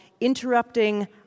interrupting